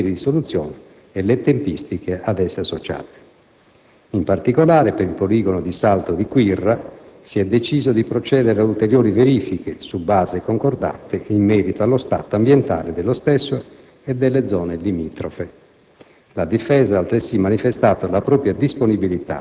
definendo congiuntamente gli obiettivi finali, i criteri di soluzione e le tempistiche ad essa associate. In particolare, per il poligono del Salto di Quirra si è deciso di procedere ad ulteriori verifiche, su base concordata, in merito allo stato ambientale dello stesso e delle zone limitrofe.